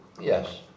Yes